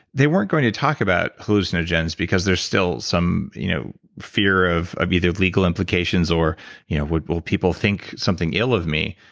they weren't going to talk about hallucinogens because there's still some you know fear of of either legal implications or you know what will people think something ill of me?